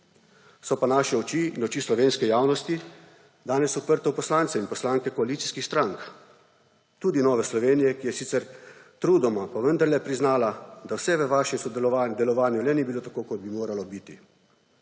So pa naše oči in oči slovenske javnosti danes uprte v poslanke in poslance koalicijskih strank, tudi Nove Slovenije, ki je sicer trudoma pa vendarle priznala, da vse v vašem delovanju le ni bilo tako, kot bi moralo biti.